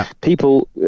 People